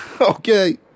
okay